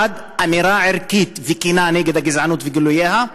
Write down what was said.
1. אמירה ערכית וכנה נגד הגזענות וגילוייה,